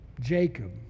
Jacob